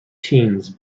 teens